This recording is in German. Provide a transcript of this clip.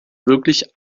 wirklich